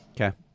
Okay